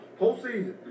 postseason